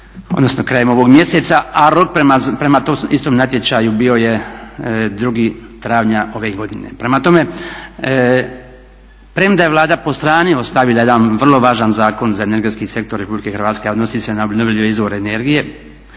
odnosno krajem ovog mjeseca, a rok prema tom istom natječaju bio je 2.travnja ove godine. Prema tome, premda je Vlada po strani ostavila jedan vrlo važan zakon za energetski sektor RH a odnosi se na obnovljive izvore energije